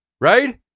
Right